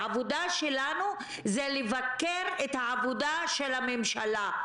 והעבודה שלנו זה לבקר את העבודה של הממשלה.